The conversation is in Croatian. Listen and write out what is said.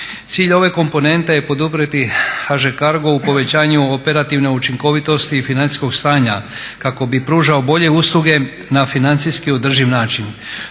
Cilj ove komponente je poduprijeti HŽ Cargo u povećanju operativne učinkovitosti i financijskog stanja kako bi pružao bolje usluge na financijski održiv način.